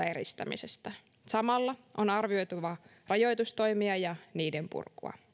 eristämisestä samalla on arvioitava rajoitustoimia ja niiden purkua